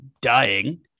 dying